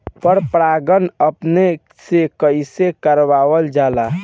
पर परागण अपने से कइसे करावल जाला?